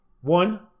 One